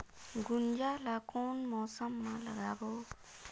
गुनजा ला कोन मौसम मा लगाबो?